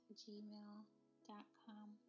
gmail.com